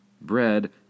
bread